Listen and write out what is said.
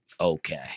okay